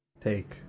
take